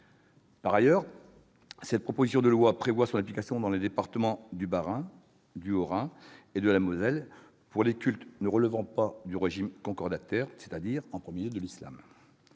de cette proposition de loi a vocation à s'appliquer dans les départements du Bas-Rhin, du Haut-Rhin et de la Moselle pour les cultes ne relevant pas du régime concordataire, c'est-à-dire, en premier lieu, l'islam.